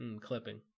Clipping